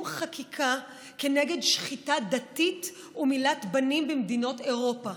חקיקה נגד שחיטה דתית ומילת בנים במדינות אירופה.